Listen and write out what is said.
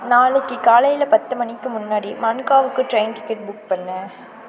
நாளைக்கு காலையில் பத்து மணிக்கு முன்னாடி மன்காவுக்கு ட்ரெயின் டிக்கெட் புக் பண்ணு